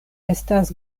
estas